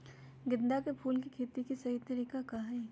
गेंदा के फूल के खेती के सही तरीका का हाई?